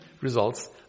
results